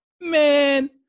man